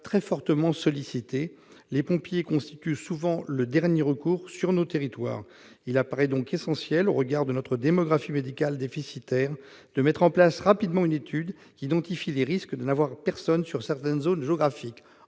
très fortement sollicités. Les pompiers constituent souvent le dernier recours sur nos territoires. Il paraît donc essentiel, au regard de notre démographie médicale déficitaire, de mettre rapidement en place une étude identifiant les risques de n'avoir personne sur certaines zones géographiques.